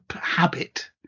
habit